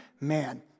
man